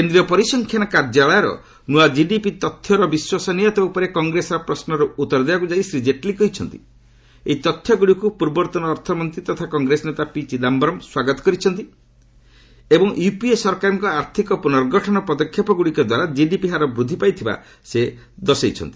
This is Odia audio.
କେନ୍ଦ୍ରୀୟ ପରିସଂଖ୍ୟାନ କାର୍ଯ୍ୟାଳୟର ନୃଆ କିଡିପି ତଥ୍ୟର ବିଶ୍ୱସନିୟତା ଉପରେ କଂଗ୍ରେସର ପ୍ରଶ୍ୱର ଉତ୍ତର ଦେବାକୁ ଯାଇ ଶ୍ରୀ ଜେଟଲୀ କହିଛନ୍ତି ଏହି ତଥ୍ୟଗୁଡ଼ିକୁ ପୂର୍ବତନ ଅର୍ଥମନ୍ତ୍ରୀ ତଥା କଂଗ୍ରେସ ନେତା ପି ଚିଦାମ୍ଘରମ୍ ସ୍ୱାଗତ କରିଛନ୍ତି ଏବଂ ୟୁପିଏ ସରକାରଙ୍କ ଆର୍ଥିକ ପୁନର୍ଗଠନ ପଦକ୍ଷେପଗୁଡ଼ିକ ଦ୍ୱାରା କିଡିପି ହାର ବୃଦ୍ଧି ପାଇଥିବା ସେ କହିଛନ୍ତି